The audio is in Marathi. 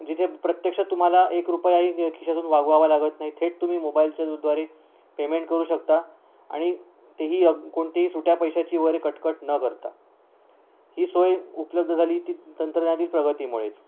जिथे प्रत्यक्ष तुम्हाला एक रुपयाही खिशातून वागवावा लागत नाही थेट तुम्ही मोबाईलच्या द द्वारे पेमेंट करू शकता आणि तेही अग कोणतेही सुट्या पैशाची वगैरे कटकट न करता ही सोय उपलब्ध झाली ती तंत्रज्ञानातील प्रगतीमुळेच